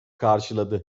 karşıladı